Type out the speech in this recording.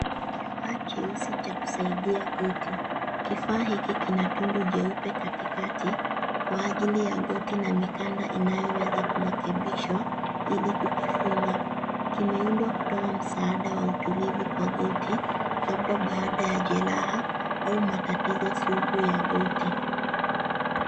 Kifaa cheusi cha kusaidia goti. Kifaa hiki kina tundu jeupe katikati kwa ajili ya goti na mikanda inayoweza kurekebishwa ili kukifunga. Kimeundwa kutoa msaada wa utulivu kwa goti labda baada ya jeraha au matatizo sugu ya goti.